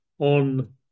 on